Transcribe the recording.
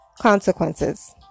consequences